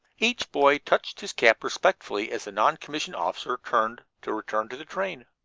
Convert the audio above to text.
each boy touched his cap respectfully as the non-commissioned officer turned to return to the train.